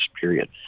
period